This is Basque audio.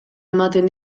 ematen